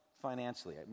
financially